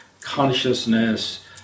consciousness